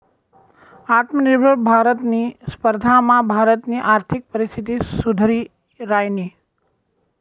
आत्मनिर्भर भारतनी स्पर्धामा भारतनी आर्थिक परिस्थिती सुधरि रायनी